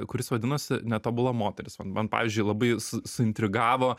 kuris vadinosi netobula moteris man man pavyzdžiui labai su suintrigavo